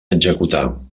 executar